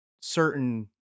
certain